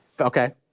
Okay